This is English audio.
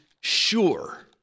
sure